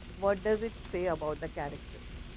what does it say about the characters?